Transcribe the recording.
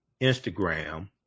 Instagram